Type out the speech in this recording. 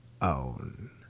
own